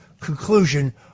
conclusion